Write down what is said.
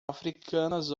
africanas